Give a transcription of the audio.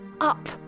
up